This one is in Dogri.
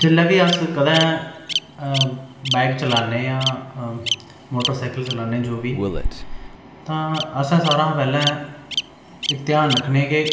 जेल्ले बी अस्स कदें बाइक चलाने जां मोटरसैकल चलाने जो बी तां असें सारां शा पैहले ध्यान रखने के